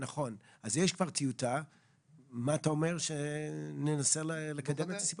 אני לא ראיתי נתון כזה שנבדק בשיפוט.